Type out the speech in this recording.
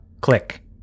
click